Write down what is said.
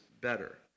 better